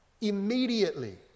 Immediately